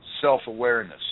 self-awareness